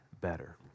better